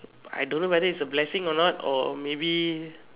I don't know whether it's a blessing or not or maybe